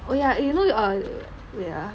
oh ya eh you know you um wait ah